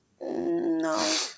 No